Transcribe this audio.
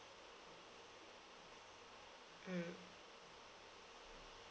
mm